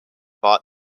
bought